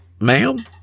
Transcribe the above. ma'am